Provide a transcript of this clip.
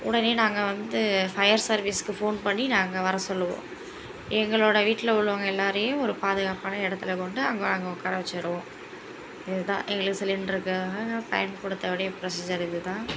உடனே நாங்கள் வந்து ஃபயர் சர்வீஸ்க்கு ஃபோன் பண்ணி நாங்கள் வர சொல்லுவோம் எங்களோடய வீட்டில் உள்ளவங்கள் எல்லாேரையும் ஒரு பாதுகாப்பான இடத்துல கொண்டு அங்கே அங்கே உட்கார வச்சுருவோம் இதுதான் எங்களுக்கு சிலிண்ட்ருக்காக பயன்படுத்தக்கூடிய ப்ரொசீஜர் இதுதான்